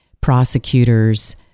prosecutors